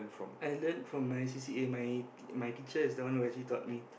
I learned from my c_c_a my my teacher is the one who actually taught me